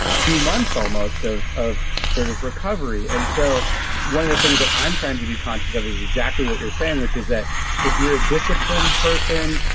two months almost of of sort of recovery. and so one of the things that i'm trying to be conscious of is exactly what you're saying, which is that if you're a disciplined person,